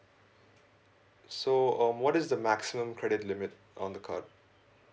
so um what is the maximum credit limit on the card